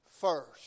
first